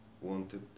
wanted